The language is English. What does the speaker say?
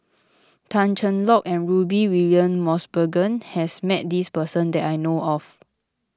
Tan Cheng Lock and Rudy William Mosbergen has met this person that I know of